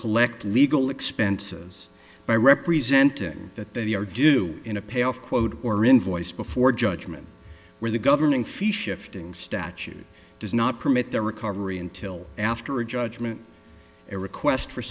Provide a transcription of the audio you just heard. collect legal expenses by representing that they are due in a pay off quote or invoice before judgment where the governing fee shifting statute does not permit the recovery until after a judgment or request for